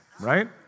right